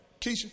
Keisha